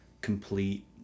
complete